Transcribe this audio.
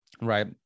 right